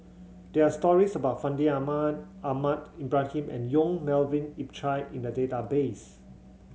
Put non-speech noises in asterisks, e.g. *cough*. there are stories about Fandi *unintelligible* Ahmad Ahmad Ibrahim and Yong Melvin Yik Chye in the database